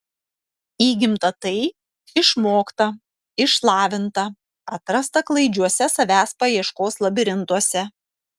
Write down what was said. įgimta tai išmokta išlavinta atrasta klaidžiuose savęs paieškos labirintuose